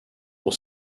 pour